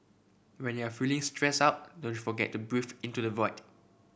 when you are feeling stressed out don't forget to breathe into the void